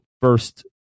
first